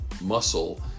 muscle